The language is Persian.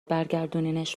برگردونیش